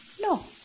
No